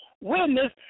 witness